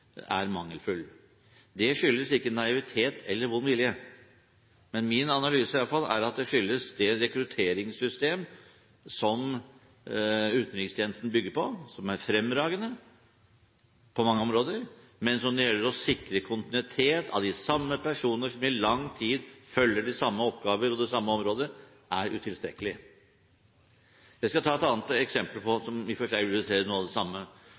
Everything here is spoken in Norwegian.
Det skyldes ikke naivitet eller vond vilje, men min analyse er iallfall at det skyldes det rekrutteringssystem som utenrikstjenesten bygger på, som på mange områder er fremragende, men som er utilstrekkelig når det gjelder å sikre kontinuitet av de samme personer som i lang tid følger de samme oppgaver og de samme områder. Jeg skal ta et annet eksempel, som i og for seg representerer noe av det samme.